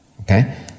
okay